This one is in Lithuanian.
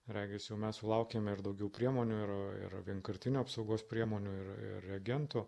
regis jau mes sulaukėme ir daugiau priemonių ir ir vienkartinių apsaugos priemonių ir reagentų